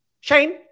Shane